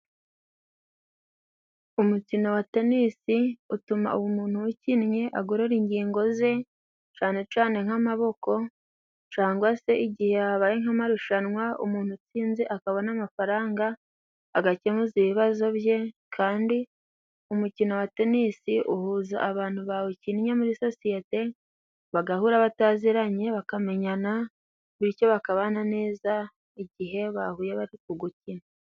umukino wa tenisi utuma umuntu uwukinnye agorora ingingo ze cane cane nk'amaboko cangwa se igihe habaye nk'amarushanwa umuntu utsinze akabona n'amafaranga agakemuza ibibazo bye kandi umukino wa tenisi uhuza abantu bawukinnye muri sosiyete bagahura bataziranye bakamenyana bityo bakabana neza igihe bahuye bari kugukina